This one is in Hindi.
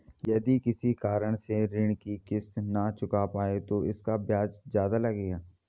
यदि किसी कारण से ऋण की किश्त न चुका पाये तो इसका ब्याज ज़्यादा लगेगा?